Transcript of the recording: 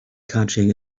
catching